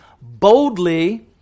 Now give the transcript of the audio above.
boldly